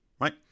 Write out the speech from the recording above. right